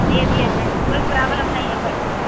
दे दिया जाएगा कोई प्राब्लम नहीं है पैसे की